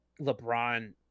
lebron